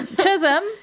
Chisholm